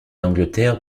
l’angleterre